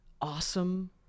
awesome